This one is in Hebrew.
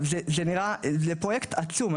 זה פרויקט עצום.